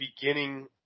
beginning